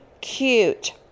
cute